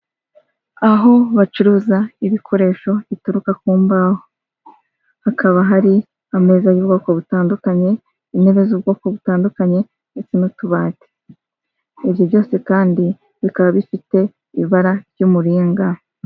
Aho bacuruza ibikoresho bituruka ku mbaho, hakaba hari ameza y'ubwoko butandukanye, intebe z'ubwoko butandukanye ndetse n'utubati, ibyo byose kandi bikaba bifite ibara ry'umuringa.